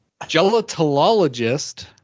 gelatologist